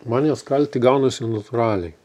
man jas kalti gaunasi natūraliai